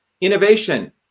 Innovation